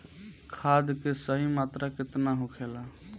खाद्य के सही मात्रा केतना होखेला?